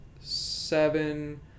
seven